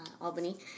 Albany